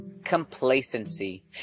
complacency